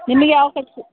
ನಿಮ್ಗೆ ಯಾವ ಕಟ್ಕೆ